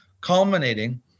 culminating